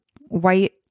white